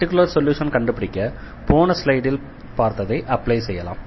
particular சொல்யூஷனை கண்டுபிடிக்க போன ஸ்லைடில் பார்த்ததை அப்ளை செய்யலாம்